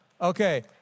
Okay